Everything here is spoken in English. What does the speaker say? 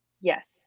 Yes